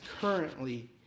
currently